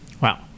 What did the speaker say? Wow